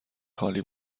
خالی